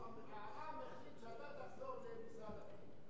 העם החליט שאתה תחזור למשרד הפנים.